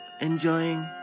enjoying